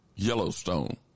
Yellowstone